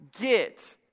get